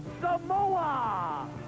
Samoa